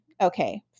okay